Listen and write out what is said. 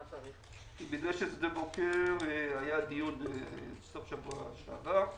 לגבי מדרשת שדה בוקר היה דיון בסוף השבוע שעבר.